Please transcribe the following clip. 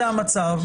המצב,